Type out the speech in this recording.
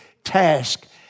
task